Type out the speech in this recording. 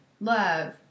love